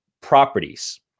properties